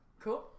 Cool